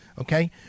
Okay